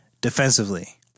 Defensively